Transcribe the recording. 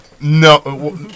No